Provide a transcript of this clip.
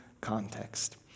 context